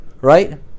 right